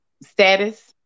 status